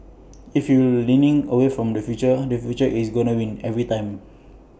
if you leaning away from the future the future is gonna win every time